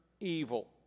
evil